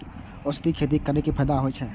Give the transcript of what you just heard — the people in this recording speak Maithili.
औषधि खेती करे स फायदा होय अछि?